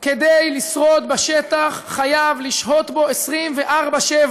כדי לשרוד בשטח, חייב לשהות בו 24/7,